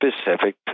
specific